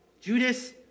Judas